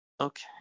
okay